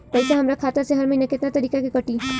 पैसा हमरा खाता से हर महीना केतना तारीक के कटी?